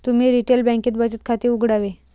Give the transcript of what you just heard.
तुम्ही रिटेल बँकेत बचत खाते उघडावे